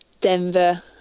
Denver